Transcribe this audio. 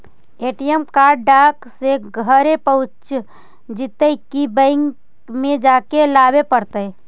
ATM card डाक से घरे पहुँच जईतै कि बैंक में जाके लाबे पड़तै?